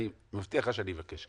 אני מבטיח לך שאני אבקש.